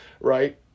right